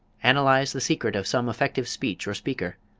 analyze the secret of some effective speech or speaker.